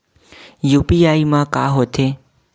UPI मा का होथे?